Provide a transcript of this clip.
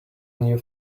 new